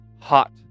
hot